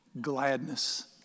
Gladness